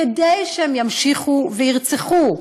כדי שהם ימשיכו וירצחו: